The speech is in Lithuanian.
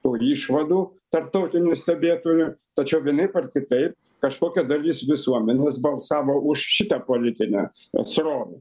to išvadų tarptautinių stebėtojų tačiau vienaip ar kitaip kažkokia dalis visuomenės balsavo už šitą politinę s srovę